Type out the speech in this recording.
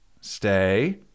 stay